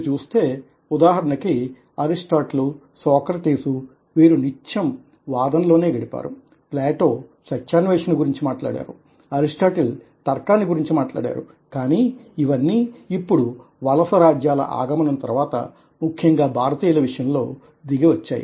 మీరు చూస్తే ఉదాహరణకి అరిస్టాటిల్ సోక్రటీస్ వీరు నిత్యం వాదనలోని గడిపారు ప్లాటో సత్యాన్వేషణ గురించి మాట్లాడారు అరిస్టాటిల్ తర్కాన్ని గురించి మాట్లాడారు కానీ ఇవన్నీ ఇప్పుడు వలసరాజ్యాల ఆగమనం తర్వాత ముఖ్యంగా భారతీయుల విషయంలో దిగి వచ్చాయి